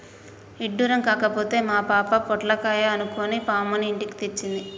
ఇడ్డురం కాకపోతే మా పాప పొట్లకాయ అనుకొని పాముని ఇంటికి తెచ్చింది